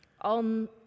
on